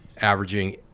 averaging